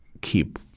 keep